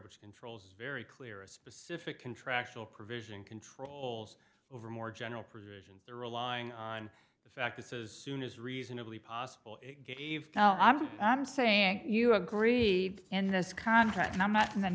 which controls very clear a specific contractual provision controls over more general provisions they're relying on the facts as soon as reasonably possible it gave i'm i'm saying you agreed in this contract and i'm not in the